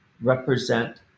represent